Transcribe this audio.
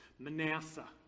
Manasseh